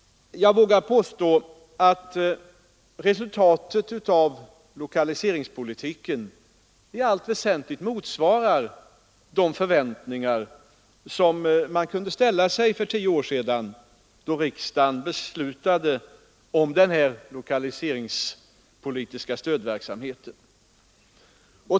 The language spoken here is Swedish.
Jag vågar påstå att resultatet av avlokaliseringspolitiken i allt väsentligt motsvarar de förväntningar som man kunde ställa för tio år sedan, då riksdagen beslutade om den lokaliseringspolitiska stödverksamheten.